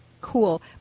cool